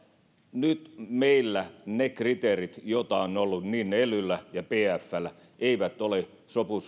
nyt meillä ne kriteerit joita on ollut niin elyillä kuin bfllä eivät ole